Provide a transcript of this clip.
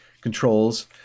controls